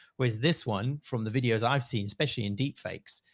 whereas this one, from the videos i've seen, especially in deep fakes,